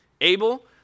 Abel